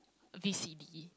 a V C D